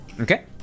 Okay